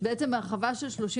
גם את זה הם צריכים לבדוק.